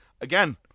again